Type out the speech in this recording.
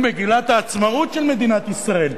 הוא מגילת העצמאות של מדינת ישראל.